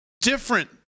Different